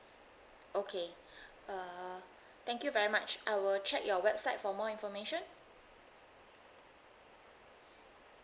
okay uh thank you very much I will check your website for more information